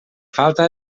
falta